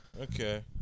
Okay